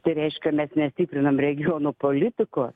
tai reiškia mes netikrinam regionų politikos